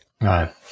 Right